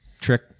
trick